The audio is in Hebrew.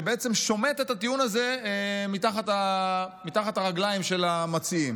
שבעצם שומט את הטיעון הזה מתחת לרגליים של המציעים.